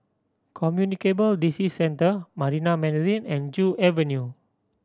Communicable Disease Centre Marina Mandarin and Joo Avenue